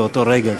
באותו רגע,